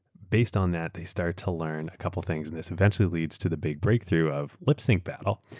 based on that, they start to learn a couple of things and this eventually leads to the big breakthrough of lip sync battle.